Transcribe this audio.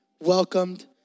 welcomed